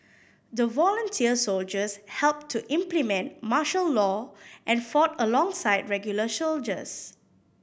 the volunteer soldiers helped to implement martial law and fought alongside regular soldiers